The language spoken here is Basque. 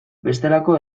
bestelako